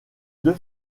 deux